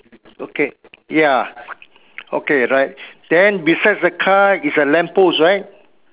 okay ya okay right then besides the car is a lamp post right